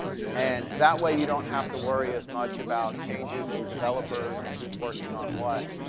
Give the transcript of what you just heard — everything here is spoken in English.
and that way you don't have to worry as much about changes in developers and who's working on what.